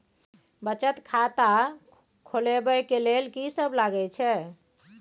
बचत खाता खोलवैबे ले ल की सब लगे छै?